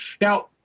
now